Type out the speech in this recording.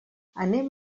anem